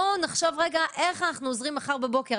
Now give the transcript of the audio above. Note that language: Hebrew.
בואו נחשוב רגע איך אנחנו עוזרים מחר בבוקר.